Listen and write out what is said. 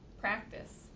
practice